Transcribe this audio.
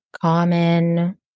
common